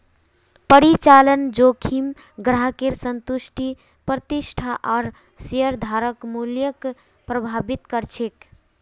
परिचालन जोखिम ग्राहकेर संतुष्टि प्रतिष्ठा आर शेयरधारक मूल्यक प्रभावित कर छेक